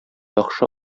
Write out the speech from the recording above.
яхшы